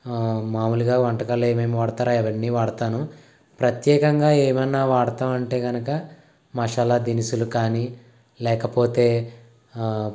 మామూలుగా వంటకాల్లో ఏమేమి వాడుతారో అవన్నీ వాడతాను ప్రత్యేకంగా ఏమన్నా వాడతాం అంటే కనుక మసాలా దినుసులు కానీ లేకపోతే